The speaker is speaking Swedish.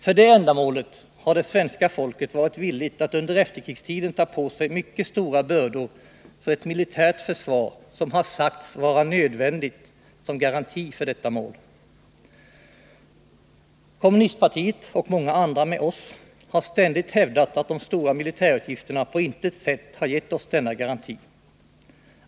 För det ändamålet har svenska folket varit villigt att under efterkrigstiden ta på sig mycket stora bördor för ett militärt försvar som har sagts vara nödvändigt som garanti för detta mål. Kommunistpartiet och många med oss har ständigt hävdat att de stora militärutgifterna på intet sätt har gett oss denna garanti.